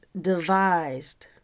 devised